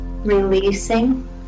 Releasing